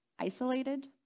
isolated